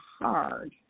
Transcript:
hard